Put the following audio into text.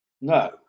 No